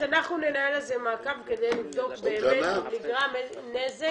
אז אנחנו ננהל על זה מעקב כדי לבדוק באמת אם נגרם נזק,